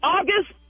August